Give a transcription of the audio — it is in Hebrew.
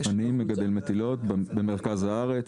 מגדל מטילות במרכז הארץ.